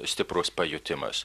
stiprus pajutimas